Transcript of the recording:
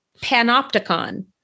Panopticon